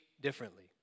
differently